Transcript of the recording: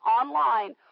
online